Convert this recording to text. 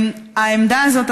העמדה הזאת,